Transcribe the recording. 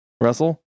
Russell